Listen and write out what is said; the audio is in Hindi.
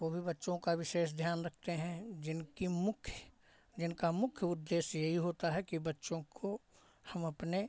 वो भी बच्चों का विशेष ध्यान रखते हैं जिनकी मुख्य जिनका मुख्य उद्देश्य यही होता है कि बच्चों को हम अपने